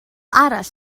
arall